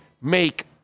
make